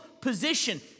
position